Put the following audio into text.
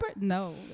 no